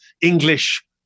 English